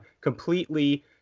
completely